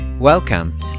Welcome